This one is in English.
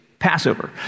Passover